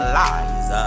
lies